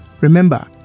Remember